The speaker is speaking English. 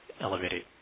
elevated